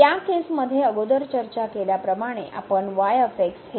तर या केसमध्ये अगोदर चर्चा केल्याप्रमाणे आपण हे घेऊ